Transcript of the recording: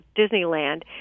Disneyland